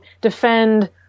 defend